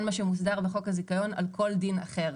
מה שמוסדר בחוק הזיכיון על כל דין אחר.